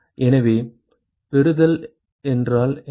எனவே பெறுதல் என்றால் என்ன